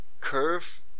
curve